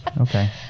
Okay